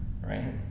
right